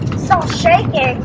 so shaky!